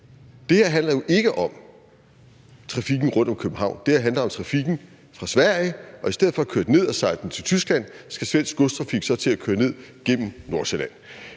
Det her handler jo ikke om trafikken rundt om København. Det her handler om trafikken fra Sverige, og i stedet for at køre ned og sejle til Tyskland, skal svensk godstrafik så til at køre ned igennem Nordsjælland.